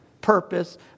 purpose